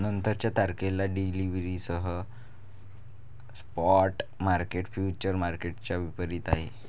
नंतरच्या तारखेला डिलिव्हरीसह स्पॉट मार्केट फ्युचर्स मार्केटच्या विपरीत आहे